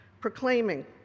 Proclaiming